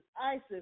Isis